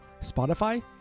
Spotify